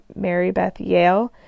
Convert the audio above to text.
marybethyale